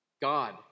God